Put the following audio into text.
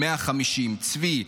150. צבי,